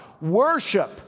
Worship